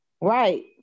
Right